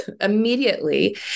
immediately